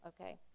okay